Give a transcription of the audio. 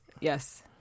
Yes